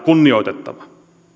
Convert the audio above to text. kunnioitettavaa